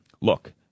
Look